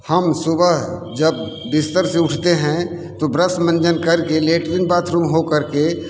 हम सुबह जब बिस्तर से उठते हैं तो ब्रस मंजन करके लेट्रिन बाथरूम होकर के